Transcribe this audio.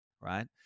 right